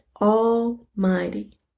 Almighty